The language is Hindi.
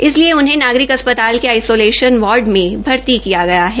इसलिए उन्हें नागरिक अस्पताल के आईसोलेशन वार्ड में भर्ती किया गया है